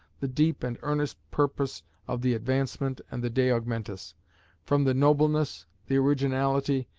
the deep and earnest purpose of the advancement and the de augmentis from the nobleness, the originality,